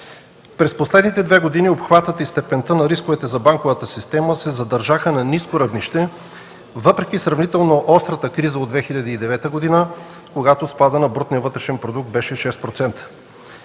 През последните две години обхватът и степента на рисковете за банковата система се задържаха на ниско равнище, въпреки сравнително острата криза от 2009 г., когато спадът на брутния вътрешен продукт беше 6%.